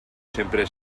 sempre